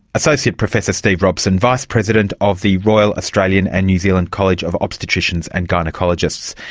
associate professor stephen robson, vice president of the royal australian and new zealand college of obstetricians and gynaecologists,